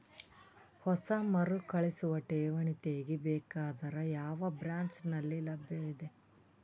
ಹೊಸ ಮರುಕಳಿಸುವ ಠೇವಣಿ ತೇಗಿ ಬೇಕಾದರ ಯಾವ ಬ್ರಾಂಚ್ ನಲ್ಲಿ ಲಭ್ಯವಿದೆ?